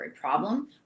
problem